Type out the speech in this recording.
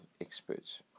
experts